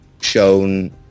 shown